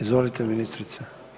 Izvolite ministrice.